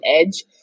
edge